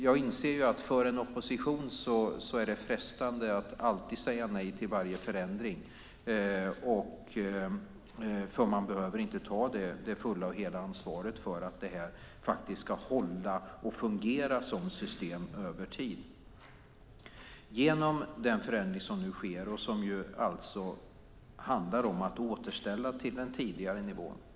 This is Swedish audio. Jag inser att det för en opposition är frestande att alltid säga nej till varje förändring, eftersom man inte behöver ta hela ansvaret för att systemet ska hålla och fungera över tid. Den förändring som nu sker handlar om att återställa till den tidigare nivån.